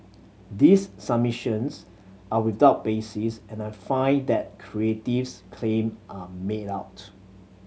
these submissions are without basis and I find that Creative's claim are made out